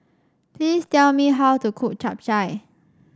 please tell me how to cook Chap Chai